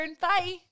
Bye